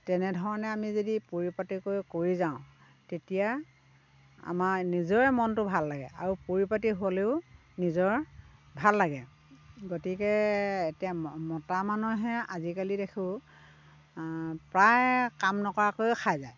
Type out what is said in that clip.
তেনেধৰণে আমি যদি পৰিপাতিকৈ কৰি যাওঁ তেতিয়া আমাৰ নিজৰে মনটো ভাল লাগে আৰু পৰিপাতি হ'লেও নিজৰ ভাল লাগে গতিকে এতিয়া ম মতা মানুহে আজিকালি দেখোঁ প্ৰায় কাম নকৰাকৈয়ে খাই যায়